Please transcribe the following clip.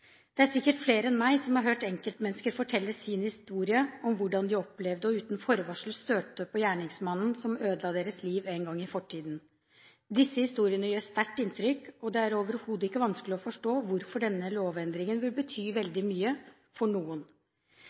Det er sikkert flere enn meg som har hørt enkeltmennesker fortelle sin historie om hvordan de opplevde – uten forvarsel – å støte på gjerningsmannen som ødela deres liv en gang i fortiden. Disse historiene gjør sterkt inntrykk, og det er overhodet ikke vanskelig å forstå hvorfor denne lovendringen vil bety veldig mye for noen.